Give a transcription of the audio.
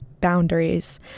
boundaries